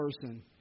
person